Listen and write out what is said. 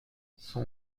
son